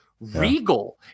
regal